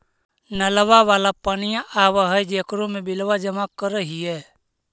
नलवा वाला पनिया आव है जेकरो मे बिलवा जमा करहिऐ?